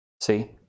See